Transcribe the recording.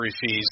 fees